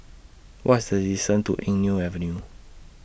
What's The distance to Eng Neo Avenue